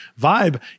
vibe